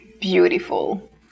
beautiful